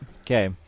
Okay